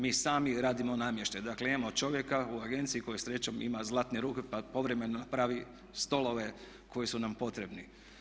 Mi sami radimo namještaj, dakle imamo čovjeka u agenciji koji srećom ima zlatne ruke pa povremeno pravi stolove koji su nam potrebni.